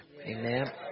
amen